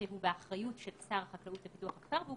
שהוא באחריות של שר החקלאות ופיתוח הכפר והוא